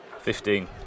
Fifteen